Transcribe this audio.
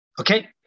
okay